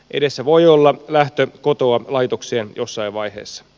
edessä voi olla lähtö kotoa laitokseen jossain vaiheessa